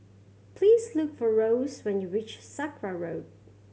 please look for Rose when you reach Sakra Road